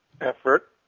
effort